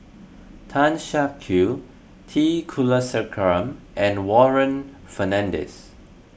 Tan Siak Kew T Kulasekaram and Warren Fernandez